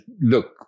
look